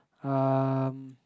um